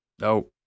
No